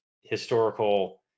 historical